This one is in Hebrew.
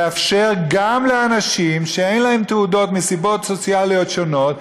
לאפשר גם לאנשים שאין להם תעודות מסיבות סוציאליות שונות,